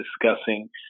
discussing –